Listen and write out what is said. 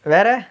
வேற:vera